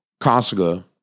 Kasuga